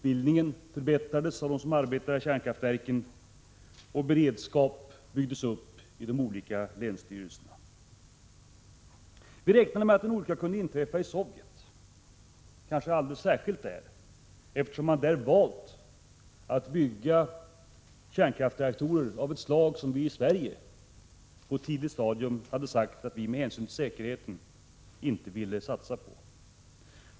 Vidare förbättrades utbildningen av dem som arbetar vid kärnkraftverken, och beredskap byggdes uppi de olika länsstyrelserna. Vi räknade med att en olycka kunde inträffa i Sovjet, kanske framför allt där, eftersom man där valt att bygga kärnkraftsreaktorer av ett slag som vi i Sverige på ett tidigt stadium hade bestämt oss för att inte satsa på med hänsyn till säkerheten.